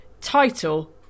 title